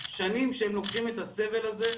שנים שהם לוקחים את הסבל הזה,